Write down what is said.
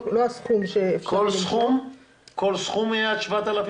כל משיכה תהיה 7,500, או סך כל הסכום יהיה 7,500?